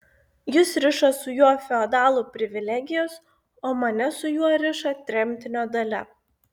jus riša su juo feodalų privilegijos o mane su juo riša tremtinio dalia